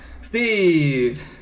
Steve